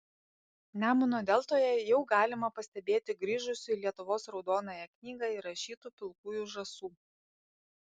nemuno deltoje jau galima pastebėti grįžusių į lietuvos raudonąją knygą įrašytų pilkųjų žąsų